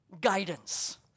guidance